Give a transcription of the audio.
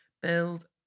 Build